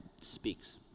speaks